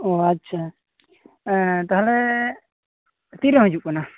ᱚᱻ ᱟᱪᱪᱷᱟ ᱮᱸᱻ ᱛᱟᱦᱚᱞᱮ ᱛᱤᱨᱮᱢ ᱦᱤᱡᱩᱜ ᱠᱟᱱᱟ